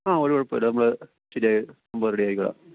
ആ ഒരു കുഴപ്പമില്ല നമ്മൾ ശരിയായി സംഭവം റെഡിയാക്കിക്കോളാം